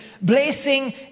Blessing